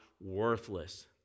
worthless